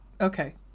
Okay